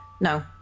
No